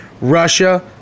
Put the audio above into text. Russia